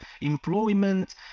employment